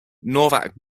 novak